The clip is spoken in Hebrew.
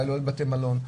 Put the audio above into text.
לא בתי מלון,